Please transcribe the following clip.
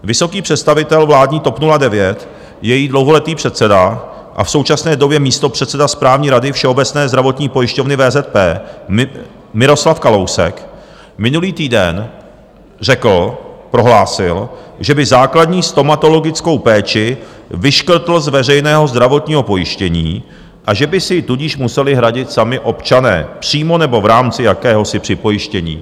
Vysoký představitel vládní TOP 09, její dlouholetý předseda a v současné době místopředseda Správní rady Všeobecné zdravotní pojišťovny VZP Miroslav Kalousek minulý týden řekl, prohlásil, že by základní stomatologickou péči vyškrtl z veřejného zdravotního pojištění, a že by si ji tudíž museli hradit sami občané přímo nebo v rámci jakéhosi připojištění.